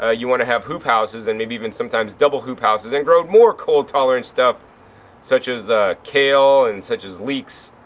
ah you want to have hoop houses and maybe even sometimes double hoop houses and grow more cold tolerant stuff such as the kale and such as leeks